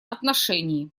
отношении